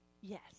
Yes